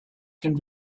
can